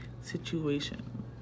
situation